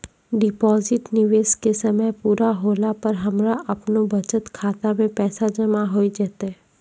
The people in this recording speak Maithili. डिपॉजिट निवेश के समय पूरा होला पर हमरा आपनौ बचत खाता मे पैसा जमा होय जैतै?